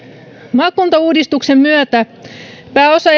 maakuntauudistuksen myötä pääosa